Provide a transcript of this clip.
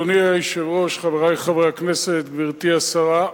אדוני היושב-ראש, חברי חברי הכנסת, גברתי השרה,